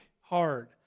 hard